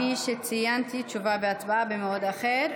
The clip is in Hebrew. וכפי שציינתי, תשובה והצבעה במועד אחר.